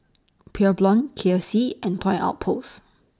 Pure Blonde K F C and Toy Outpost